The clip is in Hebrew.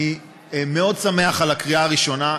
אני מאוד שמח על הקריאה הראשונה.